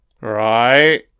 Right